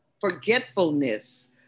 forgetfulness